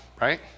right